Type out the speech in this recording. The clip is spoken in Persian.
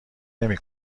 نمی